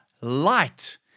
light